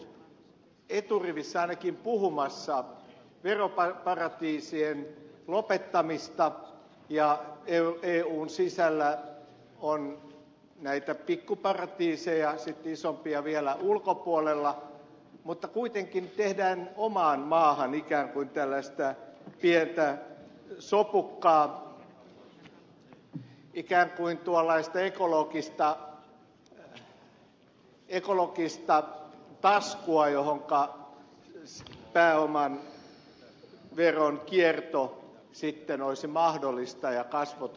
suomi on ollut eturivissä ainakin puhumassa veroparatiisien lopettamisesta ja eun sisällä on näitä pikkuparatiiseja sitten isompia vielä ulkopuolella mutta kuitenkin tehdään omaan maahan ikään kuin tällaista pientä sopukkaa ikään kuin tuollaista ekologista taskua johonka pääoman veronkierto sitten olisi mahdollista ja kasvoton omistaminen